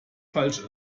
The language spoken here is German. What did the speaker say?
falsch